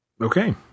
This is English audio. Okay